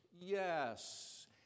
yes